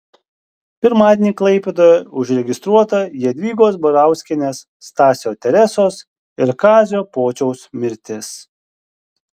pirmadienį klaipėdoje užregistruota jadvygos barauskienės stasio teresos ir kazio pociaus mirtis